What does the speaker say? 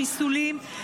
חיסולים,